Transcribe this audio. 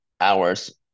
hours